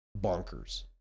bonkers